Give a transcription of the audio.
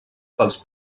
pels